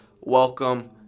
Welcome